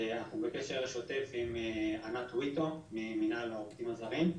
אנחנו בקשר שותף עם ענת טוויטו ממינהל העובדים הזרים.